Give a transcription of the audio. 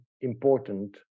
important